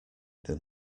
than